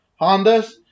Hondas